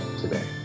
today